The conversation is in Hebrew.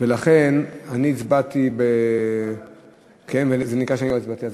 ולכן הצבעתי בשמך, וזה נקרא שלא הצבעתי.